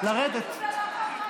לרדת.